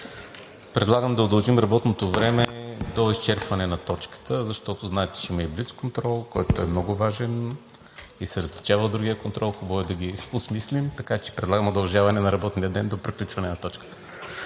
Предлагам да удължим работното време до изчерпване на точката, защото, знаете, че има блицконтрол, който е много важен и се различава от другия контрол – хубаво е да ги осмислим. Така че предлагам удължаване на работния ден до приключване на точката.